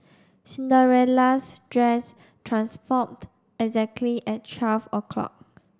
Cinderella's dress transformed exactly at twelve o'clock